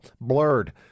blurred